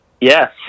Yes